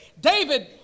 David